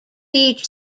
beach